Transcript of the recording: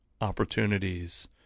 opportunities